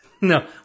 No